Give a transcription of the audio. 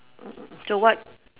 mm mm mm so what